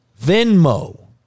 Venmo